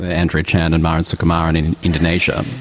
ah andrew chan and myuran sukumaran and in indonesia,